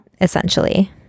essentially